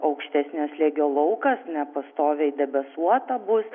aukštesnio slėgio laukas nepastoviai debesuota bus